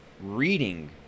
reading